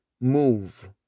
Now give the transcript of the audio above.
move